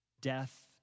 death